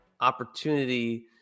opportunity